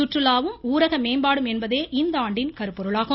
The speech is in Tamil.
சுற்றுலாவும் ஊரக மேம்பாடும் என்பதே இந்தாண்டின் கருப்பொருளாகும்